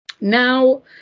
Now